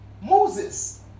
Moses